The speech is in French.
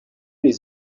les